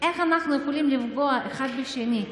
איך אנחנו יכולים לפגוע אחד בשני,